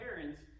parents